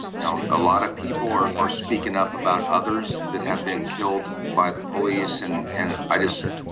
a lot of people are speaking up about others that have been killed by the police and and i just,